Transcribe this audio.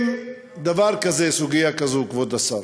אם דבר כזה, סוגיה כזו, כבוד השר,